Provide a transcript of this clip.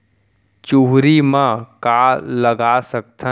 चुहरी म का लगा सकथन?